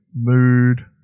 mood